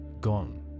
gone